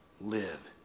Live